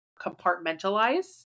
compartmentalize